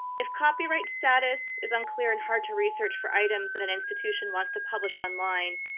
if copyright status is unclear and hard to research for items that an institution wants to publish online,